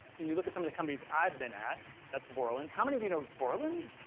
and you look at some of the companies i've been at that's borlen. how many of you know borlen?